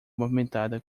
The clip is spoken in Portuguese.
movimentada